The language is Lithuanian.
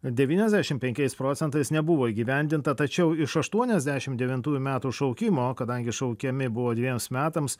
devyniasdešimt penkiais procentais nebuvo įgyvendinta tačiau iš aštuoniasdešimt devintųjų metų šaukimo kadangi šaukiami buvo dvejiems metams